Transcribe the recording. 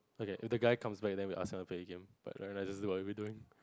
okay and the guy comes back then we ask them play a game but right now this is what are we doing